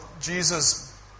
Jesus